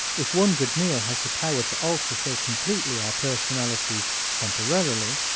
if one good meal has the power to alter so completely our personalities temporarily,